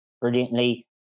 brilliantly